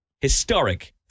historic